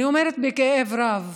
אני אומרת בכאב רב